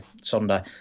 Sunday